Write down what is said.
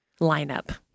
lineup